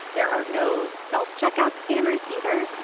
there are no self-checkout scanners, either.